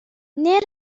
نرخ